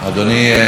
אדוני.